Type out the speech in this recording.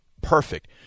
perfect